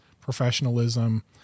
professionalism